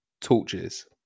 torches